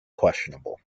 questionable